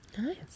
Nice